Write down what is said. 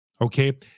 Okay